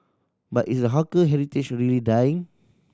but is the hawker heritage really dying